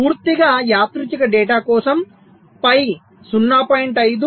పూర్తిగా యాదృచ్ఛిక డేటా కోసం పై 0